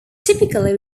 typically